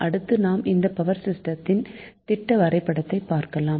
அடுத்து நாம் இந்த பவர் சிஸ்டத்தின் திட்ட வரைபடத்தை பார்க்கலாம்